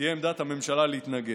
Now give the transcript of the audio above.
תהיה עמדת הממשלה להתנגד.